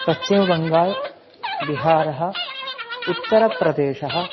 पश्चिमबङ्गाळ् बिहार् उत्तरप्रदेशः